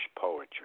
poetry